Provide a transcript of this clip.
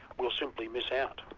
will simply miss out.